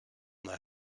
their